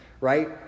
right